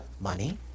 money